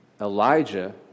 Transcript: Elijah